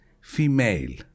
female